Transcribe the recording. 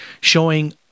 showing